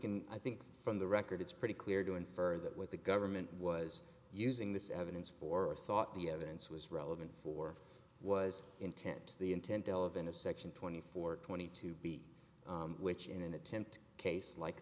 can i think from the record it's pretty clear to infer that what the government was using this evidence for or thought the evidence was relevant for was intent the intent delavan of section twenty four twenty two b which in an attempt case like